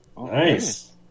Nice